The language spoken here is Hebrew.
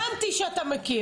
הבנתי שאתה מכיר.